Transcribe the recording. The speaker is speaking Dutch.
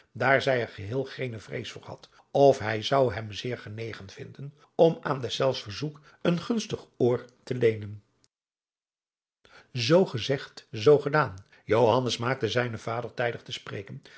daar zij er geheel geene vrees voor had of hij zou hem zeer genegen vinden om aan deszelfs verzoek een gunstig oor te adriaan loosjes pzn het leven van johannes wouter blommesteyn leenen zoo gezegd zoo gedaan johannes maakte zijnen vader tijdig te spreken